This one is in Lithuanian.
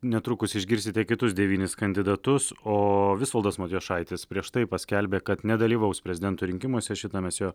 netrukus išgirsite kitus devynis kandidatus ooo visvaldas matijošaitis prieš tai paskelbė kad nedalyvaus prezidento rinkimuose šitą mes jo